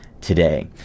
today